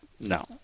no